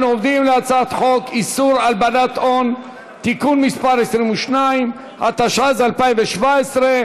אנחנו עוברים להצעת חוק איסור הלבנת הון (תיקון מס' 22) התשע"ז 2017,